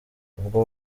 ubwo